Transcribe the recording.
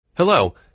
Hello